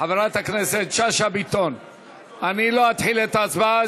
חברת הכנסת שאשא ביטון, אני לא אתחיל את ההצבעה.